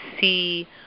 see